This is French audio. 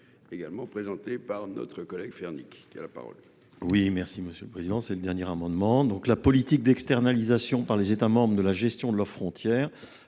également présenté par notre collègue Fernie qui qui a la parole.